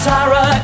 Tara